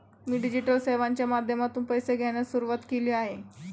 मी digital सेवांच्या माध्यमातून पैसे घेण्यास सुरुवात केली आहे